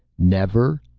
never.